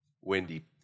Wendy